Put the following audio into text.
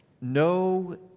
no